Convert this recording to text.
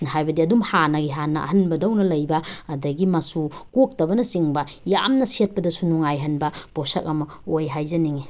ꯍꯥꯏꯕꯗꯤ ꯑꯗꯨꯝ ꯍꯥꯟꯅꯒꯤ ꯍꯥꯟꯅ ꯑꯍꯟꯕꯗꯧꯅ ꯂꯩꯕ ꯑꯗꯒꯤ ꯃꯆꯨ ꯀꯣꯛꯇꯕꯅ ꯆꯤꯡꯕ ꯌꯥꯝꯅ ꯁꯦꯠꯄꯗꯁꯨ ꯅꯨꯡꯉꯥꯏꯍꯟꯕ ꯄꯣꯠꯁꯛ ꯑꯃ ꯑꯣꯏ ꯍꯥꯏꯖꯅꯤꯡꯏ